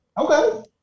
Okay